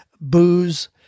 booze